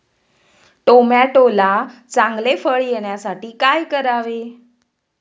टोमॅटोला चांगले फळ येण्यासाठी काय करावे?